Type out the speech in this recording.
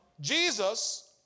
Jesus